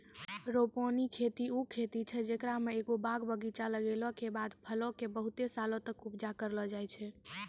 रोपनी खेती उ खेती छै जेकरा मे एगो बाग बगीचा लगैला के बाद फलो के बहुते सालो तक उपजा करलो जाय छै